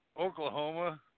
Oklahoma